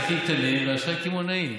לעסקים קטנים, ואשראי קמעונאי.